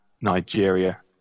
Nigeria